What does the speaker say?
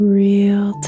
real